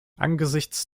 angesichts